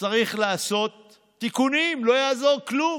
צריך לעשות תיקונים, לא יעזור כלום.